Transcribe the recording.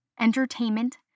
entertainment